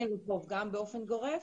אין חוב, גם באופן גורף.